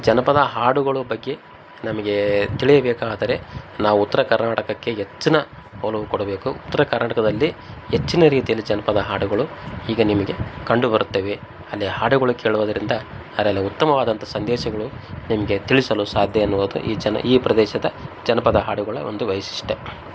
ಜಾನಪದ ಹಾಡುಗಳ ಬಗ್ಗೆ ನಮಗೆ ತಿಳಿಯಬೇಕಾದರೆ ನಾವು ಉತ್ತರ ಕರ್ನಾಟಕಕ್ಕೆ ಹೆಚ್ಚಿನ ಒಲವು ಕೊಡಬೇಕು ಉತ್ತರ ಕರ್ನಾಟಕದಲ್ಲಿ ಹೆಚ್ಚಿನ ರೀತಿಯಲ್ಲಿ ಜಾನಪದ ಹಾಡುಗಳು ಈಗ ನಿಮಗೆ ಕಂಡುಬರುತ್ತವೆ ಅಲ್ಲಿ ಹಾಡುಗಳು ಕೇಳುವುದರಿಂದ ಅದ್ರಲ್ಲಿ ಉತ್ತಮವಾದಂಥ ಸಂದೇಶಗಳು ನಿಮಗೆ ತಿಳಿಸಲು ಸಾಧ್ಯ ಎನ್ನುವುದು ಈ ಜನ ಈ ಪ್ರದೇಶದ ಜಾನಪದ ಹಾಡುಗಳ ಒಂದು ವೈಶಿಷ್ಟ್ಯ